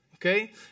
Okay